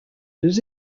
deux